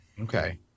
Okay